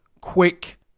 Quick